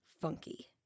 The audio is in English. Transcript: funky